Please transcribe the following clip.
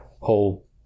whole